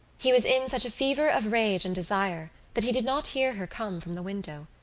he was in such a fever of rage and desire that he did not hear her come from the window.